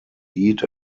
heat